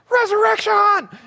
resurrection